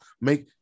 make